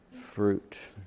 fruit